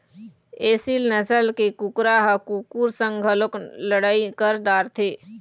एसील नसल के कुकरा ह कुकुर संग घलोक लड़ई कर डारथे